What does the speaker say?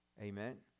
Amen